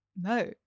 no